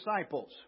disciples